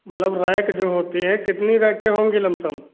मतलब रैक जो होती है कितनी रैके होंगी लंपसंप